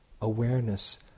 awareness